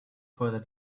further